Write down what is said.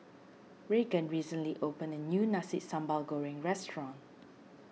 Raegan recently opened a new Nasi Sambal Goreng restaurant